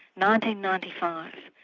ninety ninety five,